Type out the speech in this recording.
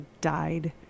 died